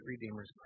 Redeemer's